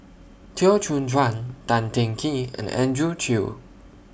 Teo Soon Chuan Tan Teng Kee and Andrew Chew